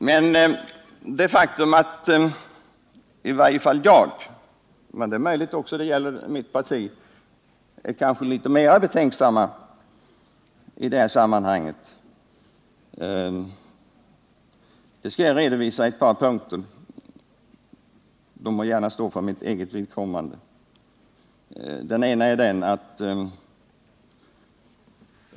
I varje fall är jag — och det gäller förmodligen också mitt parti — betänksam i vissa lägen gentemot marginalskattesänkning som isolerad företeelse. Jag skall redovisa detta i ett par punkter, de må gärna stå för mitt eget vidkommande.